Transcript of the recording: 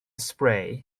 spray